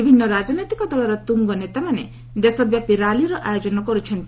ବିଭିନ୍ନ ରାଜନୈତିକ ଦଳର ତୁଙ୍ଗ ନେତାମାନେ ଦେଶବ୍ୟାପି ର୍ୟାଲିର ଆୟୋଜନ କରୁଛନ୍ତି